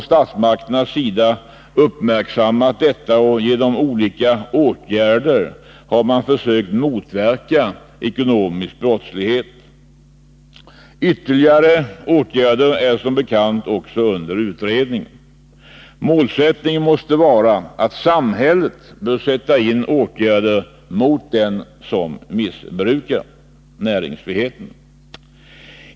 Statsmakterna har också uppmärksammat detta och genom olika åtgärder försökt motverka ekonomisk brottslighet. Ytterligare åtgärder är som bekant under utredning. Målsättningen måste vara att samhället bör sätta in åtgärder mot den som missbrukar näringsfriheten.